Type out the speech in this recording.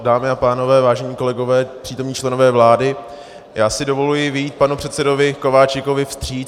Dámy a pánové, vážení kolegové, přítomní členové vlády, já si dovoluji vyjít panu předsedovi Kováčikovi vstříc.